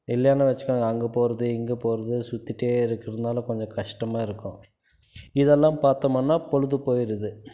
இல்லைன்னு வெச்சுக்கோங்க அங்கே போகிறது இங்கே போகிறது சுத்திட்டே இருக்கிறதுனாலும் கொஞ்சம் கஷ்டமாக இருக்கும் இதெல்லாம் பார்த்தமன்னா பொழுது போய்ருது